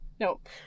Nope